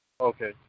Okay